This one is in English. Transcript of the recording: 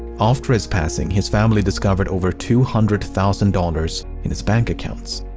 after his passing, his family discovered over two hundred thousand dollars in his bank accounts.